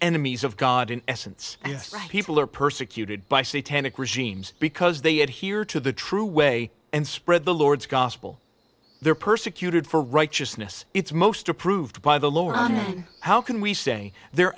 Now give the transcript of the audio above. enemies of god in essence and people are persecuted by satanic regimes because they adhere to the true way and spread the lord's gospel they are persecuted for righteousness it's most approved by the lower how can we say they're